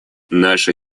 наша